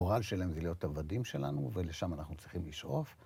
הגורל שלהם זה להיות עבדים שלנו ולשם אנחנו צריכים לשאוף